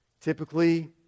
Typically